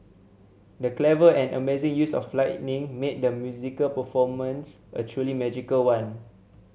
the clever and amazing use of lighting made the musical performance a truly magical one